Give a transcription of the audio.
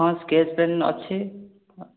ହଁ sketch pen ଅଛି